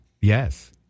Yes